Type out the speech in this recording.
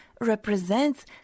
represents